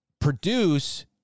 produce